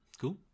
Cool